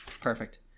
perfect